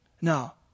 No